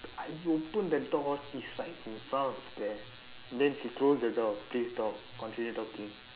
I you open the door she is right in front of there then she close the door please talk continue talking